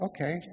okay